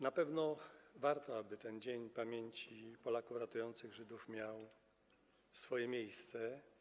Na pewno warto, aby ten dzień pamięci Polaków ratujących Żydów miał swoje miejsce.